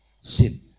Sin